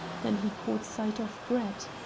then he caught sight of brett.